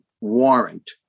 warrant